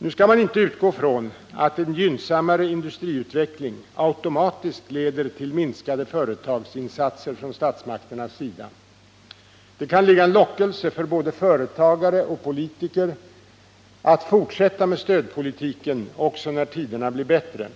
Nu skall man inte utgå från att en gynnsammare industriutveckling automatiskt leder till minskade företagsinsatser från statsmakternas sida. Det kan ligga en lockelse för både företagare och politiker att fortsätta med stödpolitiken också när tiderna blir bättre.